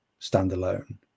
standalone